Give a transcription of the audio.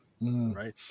Right